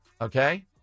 Okay